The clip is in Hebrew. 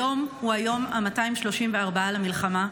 היום הוא היום ה-234 למלחמה,